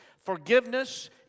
Forgiveness